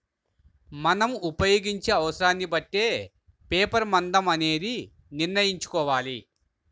మనం ఉపయోగించే అవసరాన్ని బట్టే పేపర్ మందం అనేది నిర్ణయించుకోవాలి